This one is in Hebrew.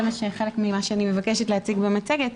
וזה חלק ממה שאני מבקשת להציג במצגת,